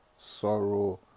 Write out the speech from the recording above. sorrow